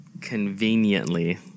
Conveniently